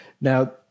Now